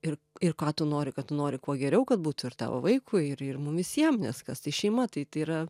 ir ir ką tu nori kad tu nori kuo geriau kad būtų ir tavo vaikui ir ir mum visiem nes kas tai šeima tai yra